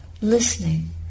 listening